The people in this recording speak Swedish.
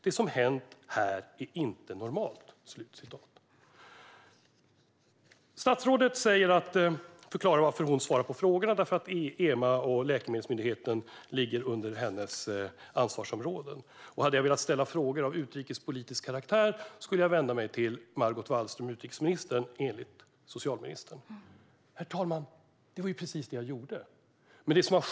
Det som har hänt här är inte normalt. Statsrådet förklarar varför det är hon som svarar på frågorna: därför att läkemedelsmyndigheten EMA tillhör hennes ansvarsområde. Hade jag velat ställa frågor av utrikespolitisk karaktär skulle jag, enligt socialministern, ha vänt mig till utrikesminister Margot Wallström. Det var precis det jag gjorde, herr talman.